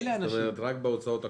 רק בהוצאות הקבועות?